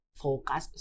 focus